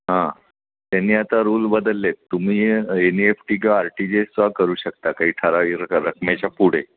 हां त्यांनी आता रूल बदलले आहेत तुम्ही ए नि एफ टी किंवा आर टी जी एस करू शकता काही ठरावीक र रकमेच्या पुढे